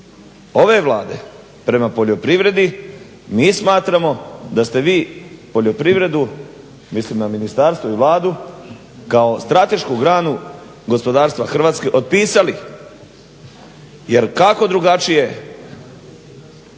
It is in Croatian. ove Vlade prema poljoprivredi? Mi smatramo da ste vi poljoprivredu, mislim na ministarstvo i Vladu kao stratešku granu gospodarstva Hrvatske otpisali. Jer kako drugačije